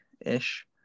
ish